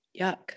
yuck